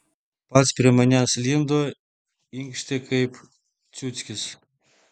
pats prie manęs lindo inkštė kaip ciuckis